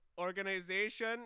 Organization